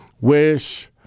Wish